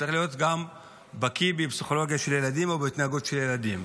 צריך להיות גם בקי בפסיכולוגיה של ילדים או בהתנהגות של ילדים.